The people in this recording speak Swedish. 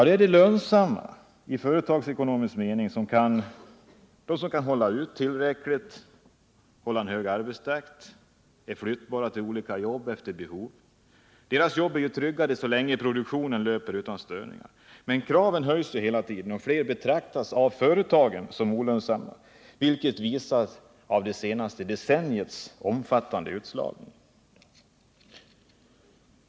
De som är i företagsekonomisk mening lönsamma — de som har tillräcklig uthållighet, som kan hålla tillräckligt hög arbetstakt och som kan flytta till olika jobb allteftersom behov uppstår — har jobben tryggade så länge produktionen löper utan störningar. Men kraven höjs hela tiden, och allt fler betraktas av företagen som olönsamma — det visas av det senaste decenniets omfattande utslagning.